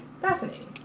Fascinating